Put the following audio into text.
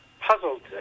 puzzled